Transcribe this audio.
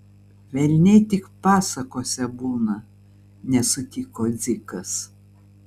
velniai tik pasakose būna nesutiko dzikas